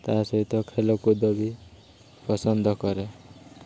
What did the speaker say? ତା' ସହିତ ଖେଳକୁଦ ବି ପସନ୍ଦ କରେ